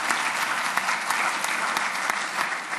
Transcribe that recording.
(מחיאות כפיים)